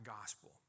gospel